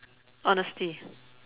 honesty